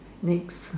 next